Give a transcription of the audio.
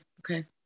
okay